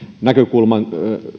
näkökulman